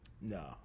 No